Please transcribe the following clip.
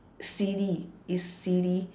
silly it's silly